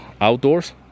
outdoors